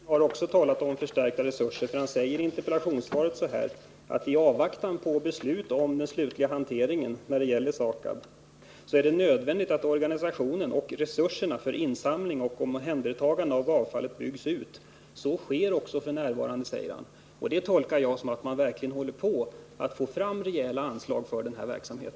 Herr talman! Jordbruksministern har också talat om förstärkta resurser. Han säger i interpellationssvaret att i avvaktan på beslut om den slutliga hanteringen vid SAKAB ”är det nödvändigt att organisationen och resurserna för insamling och omhändertagande av avfallet byggs ut. Så sker också RT Detta uttalande tolkar jag så att man verkligen håller på att få fram rejäla anslag för denna verksamhet.